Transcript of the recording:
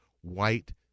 white